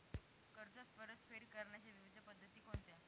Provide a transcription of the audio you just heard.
कर्ज परतफेड करण्याच्या विविध पद्धती कोणत्या?